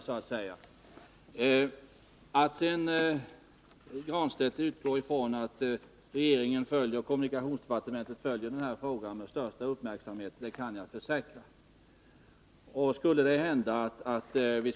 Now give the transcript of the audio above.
Pär Granstedt utgår ifrån att regeringen och kommunikationsdepartementet följer den här frågan med största uppmärksamhet, och det kan jag försäkra att vi gör.